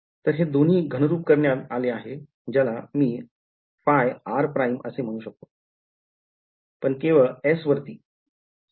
तर हे दोन्ही घनरूप करण्यात आले आहे ज्याला मी फाय आर प्राईम असे म्हणू शकतो पण केवळ s वरती सगळीकडे नाही